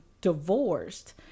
divorced